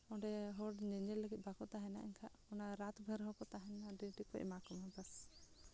ᱚᱸᱰᱮ ᱦᱚᱲ ᱧᱮᱧᱮᱞ ᱞᱟᱹᱜᱤᱫ ᱵᱟᱠᱚ ᱛᱟᱦᱮᱱᱟ ᱮᱱᱠᱷᱟᱱ ᱚᱱᱟ ᱨᱟᱛ ᱵᱷᱳᱨ ᱦᱚᱸᱠᱚ ᱛᱟᱦᱮᱱᱟ ᱰᱤᱭᱩᱴᱤ ᱠᱚ ᱮᱢᱟ ᱠᱚᱢᱟ ᱵᱟᱥ